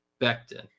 Becton